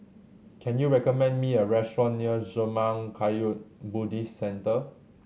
can you recommend me a restaurant near Zurmang Kagyud Buddhist Centre